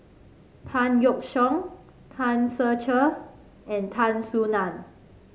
Tan Yeok Seong Tan Ser Cher and Tan Soo Nan